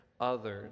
others